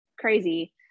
crazy